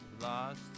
lost